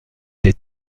des